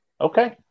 Okay